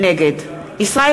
נגד ישראל